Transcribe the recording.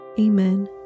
Amen